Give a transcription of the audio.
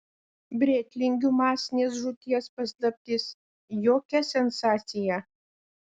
brėtlingių masinės žūties paslaptis jokia sensacija